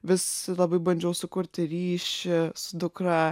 vis labai bandžiau sukurti ryšį su dukra